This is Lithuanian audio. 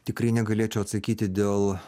tikrai negalėčiau atsakyti dėl